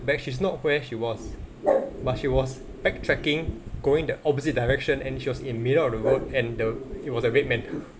back she's not where she was but she was backtracking going that opposite direction and she was in middle of the road and the it was a red man